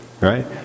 Right